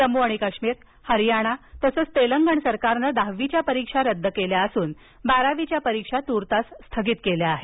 जम्मू आणि काश्मीर हरियाणा तसच तेलंगण सरकारनं दहावीच्या परीक्षा रद्द केल्या असून बारावीच्या परीक्षा तूर्तास स्थगित केल्या आहेत